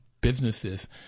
businesses